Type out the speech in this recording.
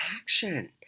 action